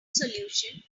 solution